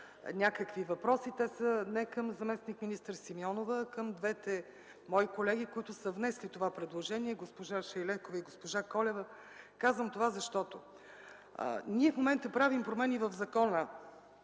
имам въпроси, те не са към заместник-министър Симеонова, а към двете ми колежки, които са внесли това предложение – госпожа Шайлекова и госпожа Колева. Казвам това, защото в момента правим промени в Закона